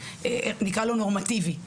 נקרא לו נורמטיבי.